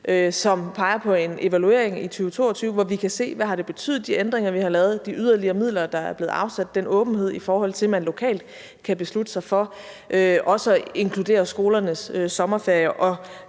som peger på en evaluering i 2022, hvor vi kan se, hvad det har betydet med de ændringer, vi har lavet, de yderligere midler, der er blevet afsat, og den åbenhed, i forhold til at man lokalt kan beslutte sig for også at inkludere skolernes sommerferie.